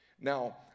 Now